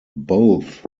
both